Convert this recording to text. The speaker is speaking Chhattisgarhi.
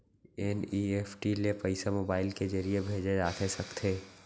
एन.ई.एफ.टी ले पइसा मोबाइल के ज़रिए भेजे जाथे सकथे?